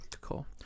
cool